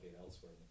elsewhere